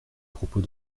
propos